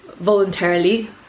voluntarily